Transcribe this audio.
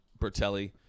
bertelli